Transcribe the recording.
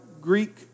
Greek